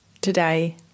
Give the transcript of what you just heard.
today